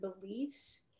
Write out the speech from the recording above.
beliefs